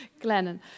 Glennon